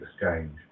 exchange